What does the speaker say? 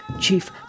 chief